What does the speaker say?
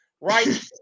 Right